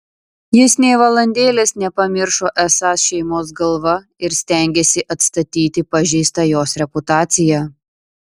jis nė valandėlės nepamiršo esąs šeimos galva ir stengėsi atstatyti pažeistą jos reputaciją